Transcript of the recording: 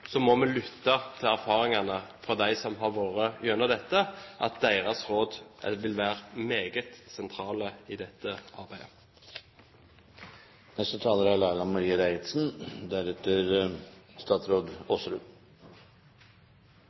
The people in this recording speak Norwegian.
må vi lytte til erfaringene til dem som har vært gjennom dette, deres råd vil være meget sentrale i dette